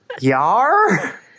Yar